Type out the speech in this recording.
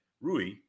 Rui –